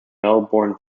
melbourne